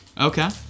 Okay